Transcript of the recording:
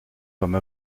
comme